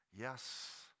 Yes